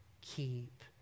keep